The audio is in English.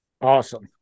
Awesome